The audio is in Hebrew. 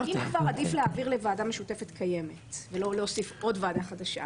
אם כבר עדיף להעביר לוועדה משותפת קיימת ולא להוסיף עוד ועדה חדשה.